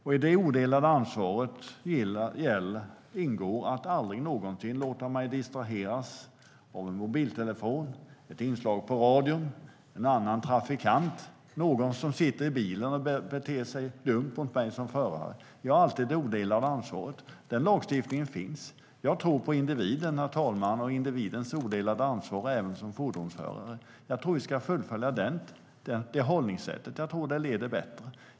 I det odelade ansvaret ingår att jag aldrig någonsin ska låta mig distraheras av en mobiltelefon, ett inslag på radion, en annan trafikant eller någon som sitter i bilen och beter sig dumt mot mig som förare. Jag har alltid det odelade ansvaret. Den lagstiftningen finns. Jag tror på individen, herr talman, och individens odelade ansvar även som fordonsförare. Jag tror att vi ska fullfölja det hållningssättet. Jag tror att det leder mer rätt.